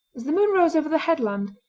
as the moon rose over the headland,